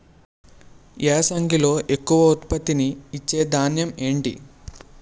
యాసంగిలో ఎక్కువ ఉత్పత్తిని ఇచే ధాన్యం ఏంటి?